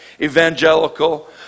evangelical